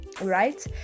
right